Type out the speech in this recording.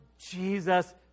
Jesus